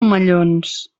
omellons